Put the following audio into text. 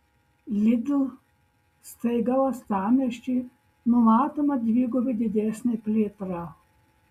lidl staigmena uostamiesčiui numatoma dvigubai didesnė plėtra